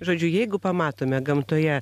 žodžiu jeigu pamatome gamtoje